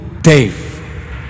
Dave